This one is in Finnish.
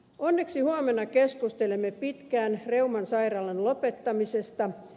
onneksi huomenna keskustelemme pitkään reuman sairaalan lopettamisesta